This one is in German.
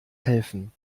helfen